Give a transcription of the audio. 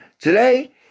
today